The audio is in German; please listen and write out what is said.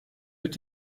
wird